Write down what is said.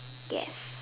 guess